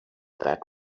that